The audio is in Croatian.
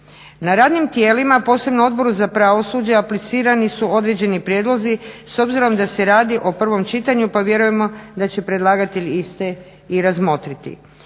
Na radnim tijelima, posebno Odboru za pravosuđe, aplicirani su određeni prijedlozi s obzirom da se radi o prvom čitanju pa vjerujemo da će predlagatelj iste i razmotriti.